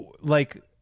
like-